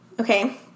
okay